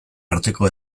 arteko